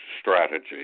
strategy